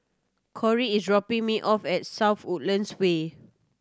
Kori is dropping me off at South Woodlands Way